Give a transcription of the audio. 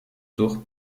durch